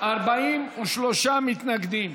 43 מתנגדים,